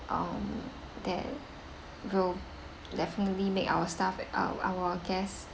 um that will definitely make our staff uh our guest